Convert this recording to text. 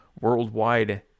worldwide